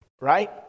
Right